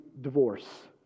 divorce